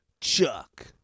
Chuck